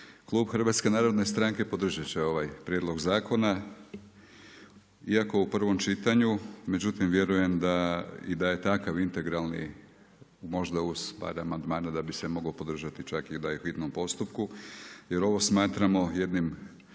i kolege. Klub HNS-a podržati će ovaj prijedlog zakona, iako u prvom čitanju, međutim vjerujem da i da je takav integralni možda uz par amandmana, da bi se mogao podržati čak i da je u hitnom postupku, jer ovo smatramo jednim